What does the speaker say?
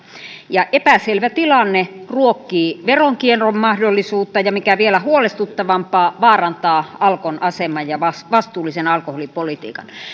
epäselvä tilanne ruokkii veronkierron mahdollisuutta ja ja mikä vielä huolestuttavampaa vaarantaa alkon aseman ja vastuullisen alkoholipolitiikan